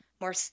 more